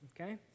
okay